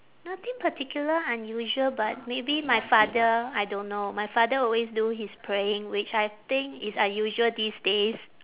nothing particular unusual but maybe my father I don't know my father always do his praying which I think is unusual these days